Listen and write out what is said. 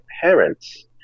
parents